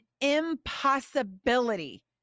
impossibility